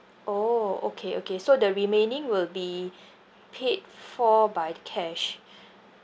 oh okay okay so the remaining will be paid for by cash